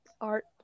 art